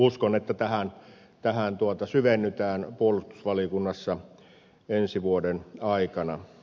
uskon että tähän syvennytään puolustusvaliokunnassa ensi vuoden aikana